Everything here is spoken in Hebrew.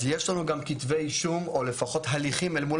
יש לנו גם כתבי אישום או לפחות הליכים אל מול